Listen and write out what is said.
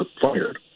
fired